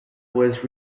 was